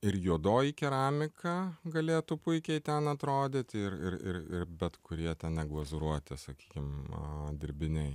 ir juodoji keramika galėtų puikiai ten atrodyti ir ir ir ir bet kurie neglazūruoti sakykim dirbiniai